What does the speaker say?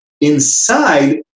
inside